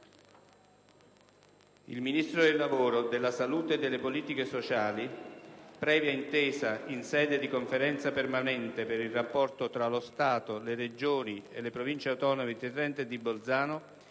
«Il Ministro del lavoro, della salute e delle politiche sociali, previa intesa in sede di Conferenza permanente per i rapporti tra lo Stato, le Regioni e le Province autonome di Trento e di Bolzano,